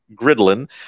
Gridlin